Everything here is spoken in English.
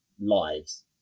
lives